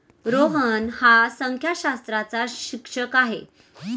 रोहन हा संख्याशास्त्राचा शिक्षक आहे